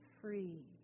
free